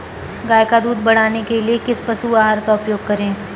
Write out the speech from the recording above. गाय का दूध बढ़ाने के लिए किस पशु आहार का उपयोग करें?